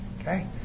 Okay